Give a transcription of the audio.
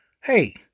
Hey